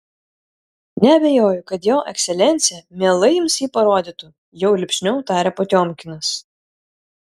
neabejoju kad jo ekscelencija mielai jums jį parodytų jau lipšniau tarė potiomkinas